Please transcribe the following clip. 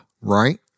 right